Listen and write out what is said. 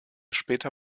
später